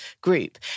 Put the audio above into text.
group